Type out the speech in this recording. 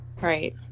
right